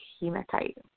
hematite